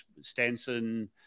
Stenson